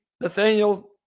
Nathaniel